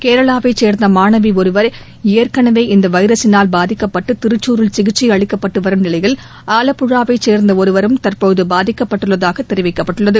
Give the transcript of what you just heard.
கேரளாவைச் சேர்ந்த மாணவி ஒருவர் ஏற்கனவே இந்த வைரஸினால் பாதிக்கப்பட்டு திரிச்சூரில் சிகிச்சை அளிக்கப்பட்டு வரும் நிலையில் ஆலப்புழாவைச் சேர்ந்த ஒருவரும் தற்போது பாதிக்கப்பட்டுள்ளதாக தெரிவிக்கப்பட்டுள்ளது